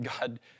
God